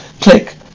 Click